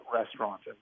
restaurants